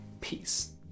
peace